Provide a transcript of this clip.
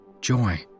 joy